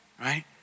right